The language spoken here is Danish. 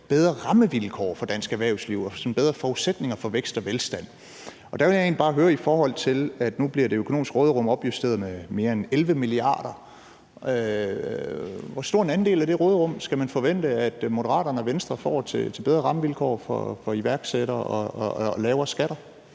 bedre rammevilkår for dansk erhvervsliv og bedre forudsætninger for vækst og velstand. Der vil jeg egentlig bare høre, i forhold til at det økonomiske råderum nu bliver opjusteret med mere end 11 mia. kr., hvor stor en andel af det råderum man skal forvente at Moderaterne og Venstre får til bedre rammevilkår for iværksættere og lavere skatter.